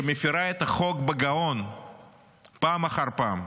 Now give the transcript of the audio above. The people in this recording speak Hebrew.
שמפירה את החוק בגאון פעם אחר פעם.